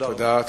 תודה רבה.